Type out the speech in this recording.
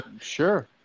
Sure